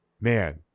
man